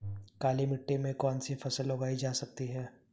काली मिट्टी में कौनसी फसल उगाई जा सकती है?